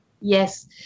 Yes